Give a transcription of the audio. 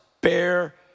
bear